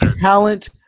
Talent